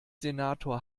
senator